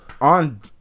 on